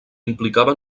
implicava